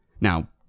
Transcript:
Now